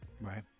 Right